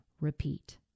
repeat